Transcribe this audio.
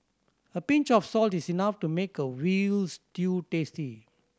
a pinch of salt is enough to make a veal stew tasty